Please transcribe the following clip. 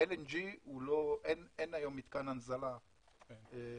ה-LNG אין היום מתקן הנזלה בישראל,